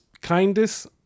kindness